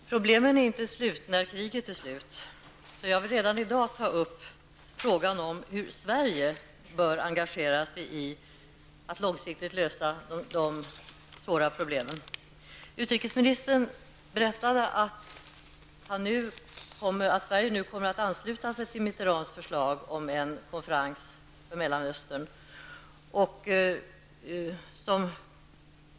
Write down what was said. Herr talman! Problemen är inte slut när kriget är slut. Jag vill redan i dag ta upp frågan om hur Sverige bör engagera sig i arbetet med att långsiktigt lösa de svåra problemen. Utrikesministern berättade att Sverige nu kommer att ansluta sig till president Mitterrands förslag om en konferens för Mellanöstern.